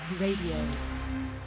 Radio